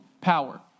power